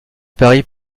paris